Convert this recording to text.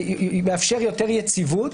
זה מאפשר יותר יציבות.